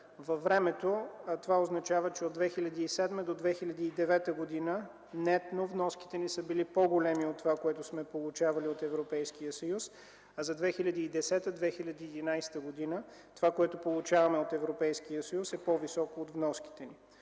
Във времето това означава, че от 2007 до 2009 г. нетно вноските ни са били по големи от това, което сме получавали от Европейския съюз, а за 2010-2011 г. това, което получаваме от Европейския съюз, е по високо от вноските ни.